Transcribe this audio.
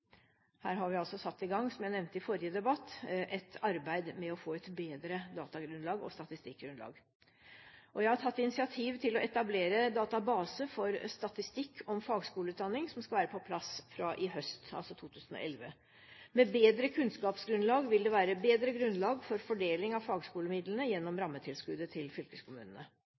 Her har vi altså satt i gang, som jeg nevnte i forrige debatt, et arbeid med å få et bedre datagrunnlag og statistikkgrunnlag. Jeg har tatt initiativ til etablering av Database for statistikk om fagskoleutdanning, som skal være på plass fra høsten 2011. Med bedre kunnskapsgrunnlag vil det være bedre grunnlag for fordeling av fagskolemidlene gjennom rammetilskuddet til fylkeskommunene.